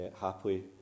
happily